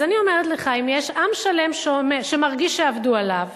אז אני אומרת לך: אם יש עם שלם שמרגיש שעבדו עליו